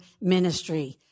ministry